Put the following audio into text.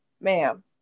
ma'am